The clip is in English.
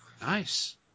Nice